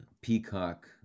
Peacock